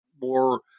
more